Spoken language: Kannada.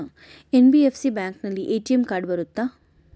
ಎನ್.ಬಿ.ಎಫ್.ಸಿ ಬ್ಯಾಂಕಿನಲ್ಲಿ ಎ.ಟಿ.ಎಂ ಕಾರ್ಡ್ ಸಿಗುತ್ತಾ?